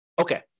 Okay